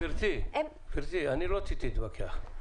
גברתי, לא רציתי להתווכח.